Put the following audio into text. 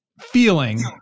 feeling